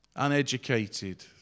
uneducated